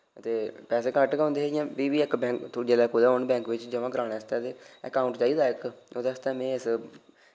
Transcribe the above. ते पैसे घट्ट गै होंदे हे इ'यां फ्ही बी इक बैंक तुस जिल्लै कुतै होन बैंक बिच्च जमा कराने आस्तै ते अकाउंट चाहिदा इक ओह्दे आस्तै में इस